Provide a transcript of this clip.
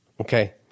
Okay